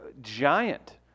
giant